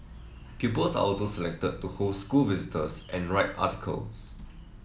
pupils are also selected to host school visitors and write articles